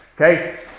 Okay